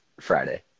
Friday